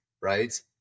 right